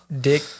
Dick